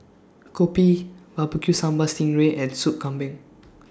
Kopi Barbecue Sambal Sting Ray and Soup Kambing